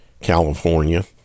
California